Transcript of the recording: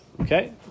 okay